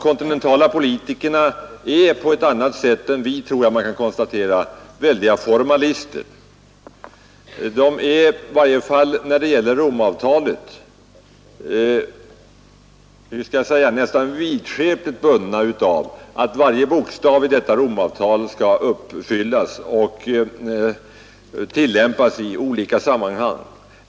Kontinentala politiker är formalister på ett annat sätt än vi, det tror jag mig kunna konstatera; i varje fall är de när det gäller Romavtalet nästan vidskepligt bundna av att varje bokstav i detta avtal även när det gäller institutionerna skall uppfyllas och tillämpas i olika sammanhang.